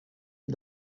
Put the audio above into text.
est